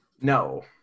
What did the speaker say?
No